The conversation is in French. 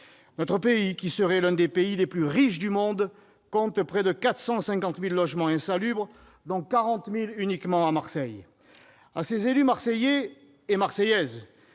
France, qui serait l'un des pays les plus riches du monde, compte près de 450 000 logements insalubres, dont 40 000 à Marseille ! À ces élus marseillais et marseillaises